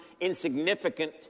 insignificant